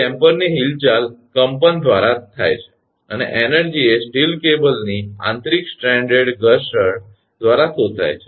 તેથી ડેમ્પરની હિલચાલ કંપન દ્વારા થાય છે અને એનર્જી એ સ્ટીલ કેબલની આંતરિક સ્ટ્રેન્ડ ઘર્ષણ દ્વારા શોષાય છે